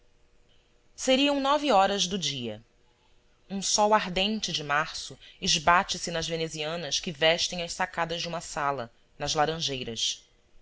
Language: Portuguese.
seriam nove horas do dia um sol ardente de março esbate se nas venezianas que vestem as sacadas de uma sala nas laranjeiras